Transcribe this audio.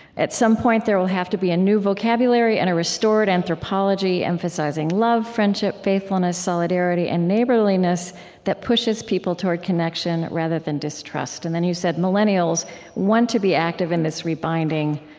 at some point, there will have to be a new vocabulary and a restored anthropology emphasizing love, friendship, faithfulness, solidarity, and neighborliness that pushes people toward connection rather than distrust. and then you said, millennials want to be active in this rebinding,